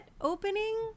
opening